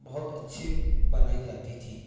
بہت اچھی بنائی جاتی تھی